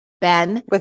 Ben